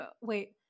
Wait